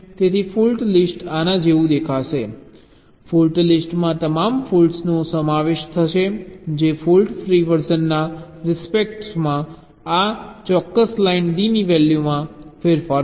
તેથી fault list આના જેવું દેખાશે ફોલ્ટ લિસ્ટમાં તમામ ફોલ્ટ્સનો સમાવેશ થશે જે ફોલ્ટ ફ્રી વર્ઝનના રિસ્પેક્ટમાં આ ચોક્કસ લાઇન D ની વેલ્યુમાં ફેરફાર કરશે